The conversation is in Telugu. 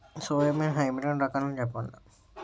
సోయాబీన్ హైబ్రిడ్ రకాలను చెప్పండి?